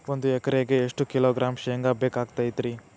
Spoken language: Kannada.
ಒಂದು ಎಕರೆಗೆ ಎಷ್ಟು ಕಿಲೋಗ್ರಾಂ ಶೇಂಗಾ ಬೇಕಾಗತೈತ್ರಿ?